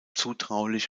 zutraulich